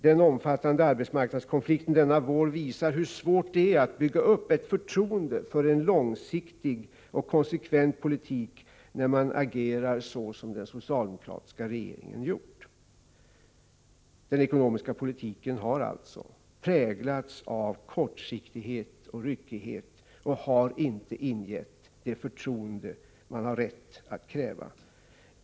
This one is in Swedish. Den omfattande arbetsmarknadskonflikten denna vår visar hur svårt det är att bygga upp ett förtroende för en långsiktig och konsekvent politik när man agerar så som den socialdemokratiska regeringen gjort. Den ekonomiska politiken har alltså präglats av kortsiktighet och ryckighet. Den har inte ingett det förtroende man har rätt att kräva.